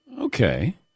Okay